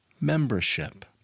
membership